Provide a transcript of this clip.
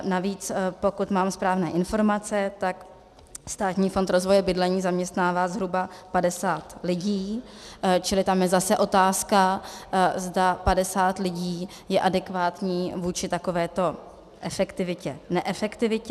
Navíc, pokud mám správné informace, tak Státní fond rozvoje bydlení zaměstnává zhruba 50 lidí, čili tam je zase otázka, zda 50 lidí je adekvátní vůči takovéto efektivitěneefektivitě.